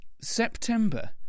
September